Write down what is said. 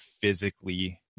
physically